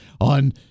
on